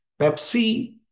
Pepsi